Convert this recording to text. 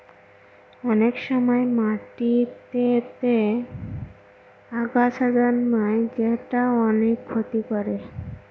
অনেক সময় মাটিতেতে আগাছা জন্মায় যেটা অনেক ক্ষতি করে